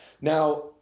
Now